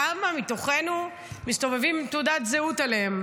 כמה מתוכנו מסתובבים עם תעודת זהות עליהם?